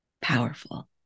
Powerful